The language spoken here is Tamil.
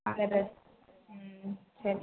அதை டிரஸ் ம் சரி